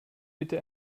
bitte